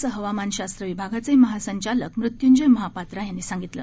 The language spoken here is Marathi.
असं हवामानशास्त्र विभागाचे महासंचालक मृत्यूंजय महापात्रा यांनी सांगितलं